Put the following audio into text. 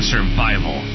Survival